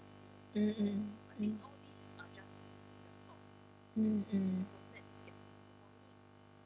mm mm mm mm mm